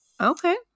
Okay